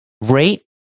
rate